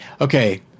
okay